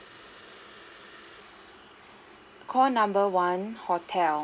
call number one hotel